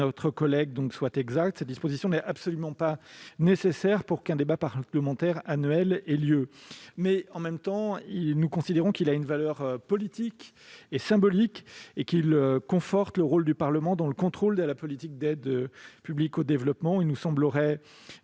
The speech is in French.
collègue soit exact : cette disposition n'est absolument pas nécessaire pour qu'un débat parlementaire annuel ait lieu. Pour autant, nous considérons qu'elle a une valeur politique et symbolique et qu'elle conforte le rôle du Parlement dans le contrôle de la politique d'APD. Il nous paraît